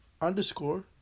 underscore